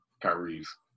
Kyrie's